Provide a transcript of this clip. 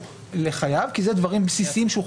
מהחייב כי מדובר בצרכי חיים בסיסיים.